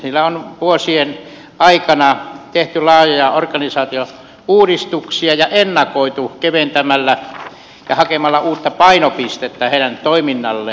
siellä on vuosien aikana tehty laajoja organisaatiouudistuksia ja ennakoitu keventämällä ja hakemalla uutta painopistettä toiminnalle